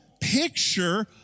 picture